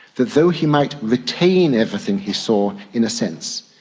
that though he might retain everything he saw in a sense,